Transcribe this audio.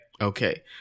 Okay